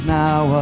now